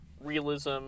realism